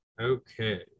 okay